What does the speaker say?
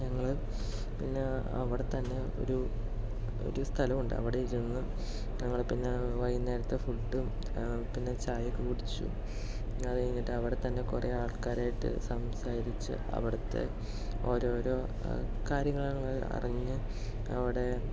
ഞങ്ങൾ പിന്നെ അവിടെത്തന്നെ ഒരു ഒരു സ്ഥലമുണ്ട് അവിടെ ഇരുന്ന് ഞങ്ങൾ പിന്നെ വൈകുന്നേരത്തെ ഫുഡും പിന്നെ ചായയൊക്കെ കുടിച്ചു അത്കഴിഞ്ഞിട്ട് അവിടെത്തന്നെ കുറെ ആൾക്കാരായിട്ട് സംസാരിച്ച് അവിടത്തെ ഓരോരോ കാര്യങ്ങൾ ഞങ്ങൾ അറിഞ്ഞു അവിടെ